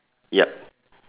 yup